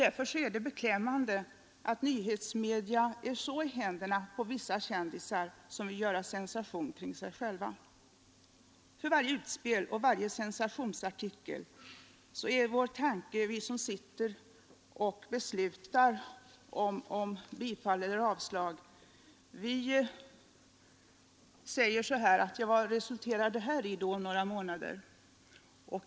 Därför är det beklämmande att nyhetsmedia i så hög grad är i händerna på vissa kändisar som vill göra sensation kring sig själva. För varje utspel och varje sensationsartikel frågar vi oss, vi som sitter och beslutar om bifall eller avslag: Vad kommer detta att resultera i om några månader?